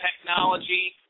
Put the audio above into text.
technology